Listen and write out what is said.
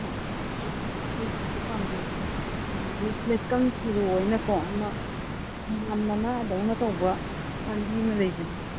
ꯍꯣꯏ ꯑꯗꯨꯁꯤꯡꯗꯣ ꯄꯥꯝꯖꯩ ꯑꯗꯒꯤ ꯂꯩꯀꯪ ꯊꯔꯣ ꯍꯥꯏꯅ ꯀꯣ ꯑꯃ ꯃꯅꯥꯗꯧꯅ ꯇꯧꯕ ꯄꯥꯝꯕꯤ ꯑꯃ ꯂꯩꯕꯅꯤ